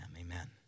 Amen